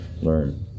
learn